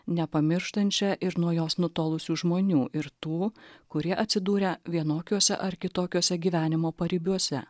nepamirštančia ir nuo jos nutolusių žmonių ir tų kurie atsidūrę vienokiuose ar kitokiose gyvenimo paribiuose